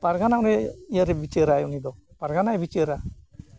ᱯᱟᱨᱜᱟᱱᱟ ᱜᱮ ᱤᱭᱟᱹ ᱨᱮ ᱵᱤᱪᱟᱹᱨᱟᱭ ᱩᱱᱤ ᱫᱚ ᱯᱟᱨᱜᱟᱱᱟᱭ ᱵᱤᱪᱟᱹᱨᱟ